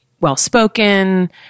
well-spoken